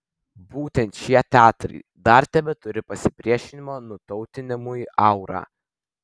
būtent šie teatrai dar tebeturi pasipriešinimo nutautinimui aurą